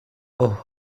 اوه